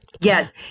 Yes